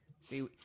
See